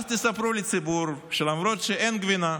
אז תספרו לציבור שלמרות שאין גבינה,